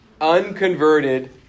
unconverted